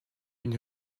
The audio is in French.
une